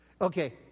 Okay